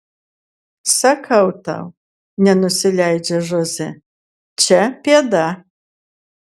sakau tau nenusileidžia žoze čia pėda